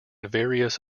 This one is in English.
various